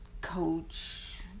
coach